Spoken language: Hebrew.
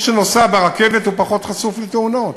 מי שנוסע ברכבת פחות חשוף לתאונות.